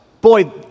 boy